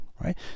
right